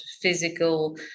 physical